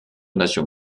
nations